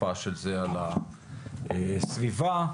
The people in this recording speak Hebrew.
על הסביבה.